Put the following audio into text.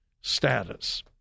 status